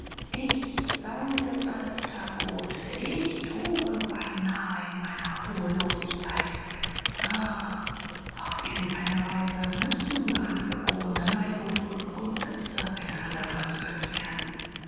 ich sein gesalbter bote ich tobe beinahe in meiner ruhelosigkeit ah auf irgend eine weise müssen angeborene neigung und grundsätze miteinander versöhnt werden